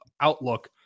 outlook